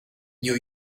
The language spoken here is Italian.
new